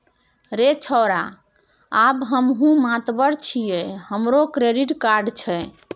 रे छौड़ा आब हमहुँ मातबर छियै हमरो क्रेडिट कार्ड छै